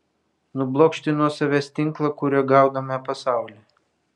nublokšti nuo savęs tinklą kuriuo gaudome pasaulį